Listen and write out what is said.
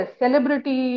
celebrity